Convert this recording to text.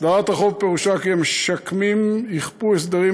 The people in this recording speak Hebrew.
הסדרת החוב פירושה כי המשקמים יכפו הסדרים